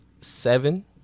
seven